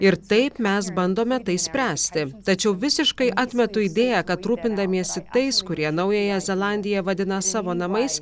ir taip mes bandome tai spręsti tačiau visiškai atmetu idėją kad rūpindamiesi tais kurie naująją zelandiją vadina savo namais